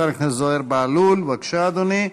חבר הכנסת זוהיר בהלול, בבקשה, אדוני.